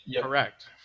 Correct